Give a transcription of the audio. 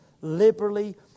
liberally